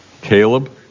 Caleb